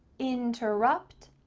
interrupt,